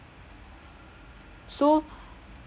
so